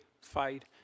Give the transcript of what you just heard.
fight